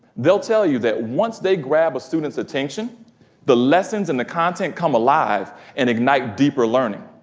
they'll tell you that once they grab a students attention the lessons and the content come alive, and ignite deeper learning.